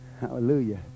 Hallelujah